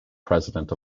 president